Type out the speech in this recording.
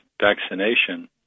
vaccination